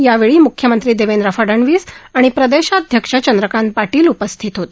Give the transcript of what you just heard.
यावेळी मुख्यमंत्री देवेंद्र फडनवीस आणि प्रदेशाध्यक्ष चंद्रकांत पाटील उपस्थित होते